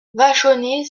vachonnet